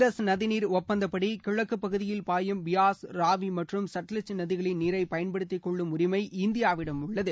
Indus நதிநீர் ஒப்பந்தபடி கிழக்குப் பகுதியில் பாயும் பியாஸ் ராவி மற்றும் சட்லஜ் நதிகளின் நீரை பயன்படுத்திக்கொள்ளும் உரிமை இந்தியாவிடம் உள்ளது